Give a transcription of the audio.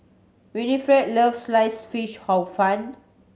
Winnifred loves Sliced Fish Hor Fun